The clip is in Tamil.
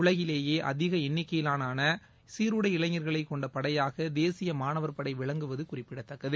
உலகிலேயே அதிக என்னிக்கையினாவாள சீருடை இளைஞர்களை கொண்ட படையாக தேசிய மானவர் படை விளங்குவது குறிப்பிடத்தக்கது